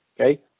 okay